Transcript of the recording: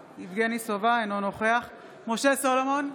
סובה, אינו נוכח משה סולומון,